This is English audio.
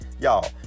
Y'all